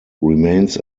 remains